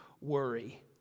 worry